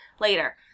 later